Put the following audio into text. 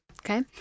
Okay